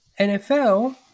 nfl